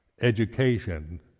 education